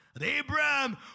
Abraham